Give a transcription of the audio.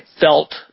felt